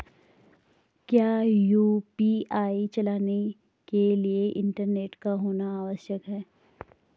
क्या यु.पी.आई चलाने के लिए इंटरनेट का होना आवश्यक है?